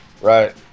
Right